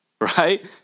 Right